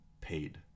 paid